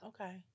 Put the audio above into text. Okay